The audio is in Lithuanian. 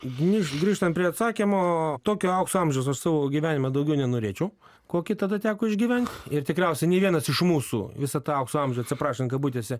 grį grįžtant prie atsakymo tokio aukso amžiaus aš savo gyvenime daugiau nenorėčiau kokį tada teko išgyvent ir tikriausiai nė vienas iš mūsų visą tą aukso amžių atsiprašant kabutėse